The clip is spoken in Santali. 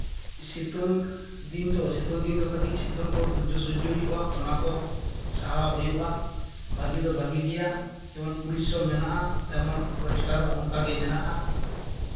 ᱥᱤᱛᱩᱝ ᱫᱤᱱ ᱛᱚ ᱥᱤᱛᱩᱝ ᱫᱤᱱ ᱫᱚ ᱠᱟᱹᱴᱤᱡ ᱥᱤᱛᱩᱝ ᱠᱚ ᱫᱷᱳᱨᱡᱚ ᱥᱚᱡᱽᱡᱚᱭ ᱦᱩᱭᱩᱜᱼᱟ ᱚᱱᱟ ᱠᱚ ᱥᱟᱦᱟᱣ ᱦᱩᱭᱩᱜᱼᱟ ᱵᱷᱟᱹᱜᱤ ᱫᱚ ᱵᱷᱟᱹᱜᱤ ᱜᱮᱭᱟ ᱡᱮᱢᱚᱱ ᱯᱚᱨᱤᱥᱨᱚᱢ ᱢᱮᱱᱟᱜᱼᱟ ᱛᱮᱢᱚᱱ ᱨᱳᱡᱽᱜᱟᱨ ᱦᱚᱸ ᱚᱱᱠᱟᱜᱮ ᱢᱮᱱᱟᱜᱼᱟ